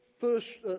first